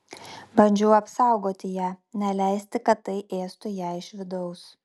bandžiau apsaugoti ją neleisti kad tai ėstų ją iš vidaus